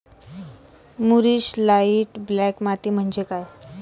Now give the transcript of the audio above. मूरिश light black माती म्हणजे काय?